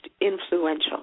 influential